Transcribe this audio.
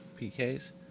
PKs